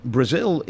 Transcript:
Brazil